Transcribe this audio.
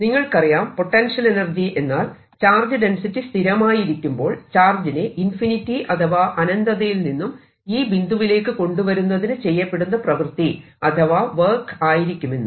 നിങ്ങൾക്കറിയാം potential energy എന്നാൽ charge density സ്ഥിരമായിരിക്കുമ്പോൾ ചാർജിനെ ഇൻഫിനിറ്റി അഥവാ അനന്തതയിൽ നിന്നും ഈ ബിന്ദുവിലേക്ക് കൊണ്ടുവരുന്നതിന് ചെയ്യപ്പെടുന്ന പ്രവൃത്തി അഥവാ വർക് ആയിരിക്കുമെന്ന്